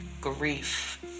grief